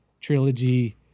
trilogy